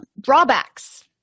Drawbacks